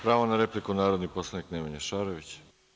Pravo na repliku, narodni poslanik Nemanja Šarović.